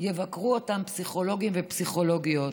יבקרו אותם פסיכולוגים ופסיכולוגיות.